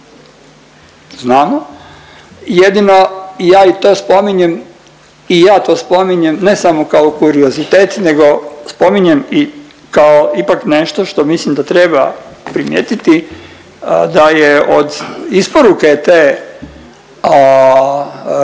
spominjem i ja to spominjem ne samo kao kuriozitet nego spominjem i kao ipak nešto što mislim da treba primijetiti da je od isporuke te robe,